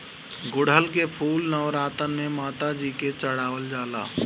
गुड़हल के फूल नवरातन में माता जी के चढ़ावल जाला